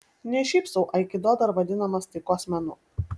ne šiaip sau aikido dar vadinamas taikos menu